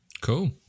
Cool